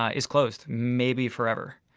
ah is closed, maybe forever,